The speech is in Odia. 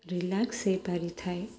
ରିଲାକ୍ସ ହେଇପାରିଥାଏ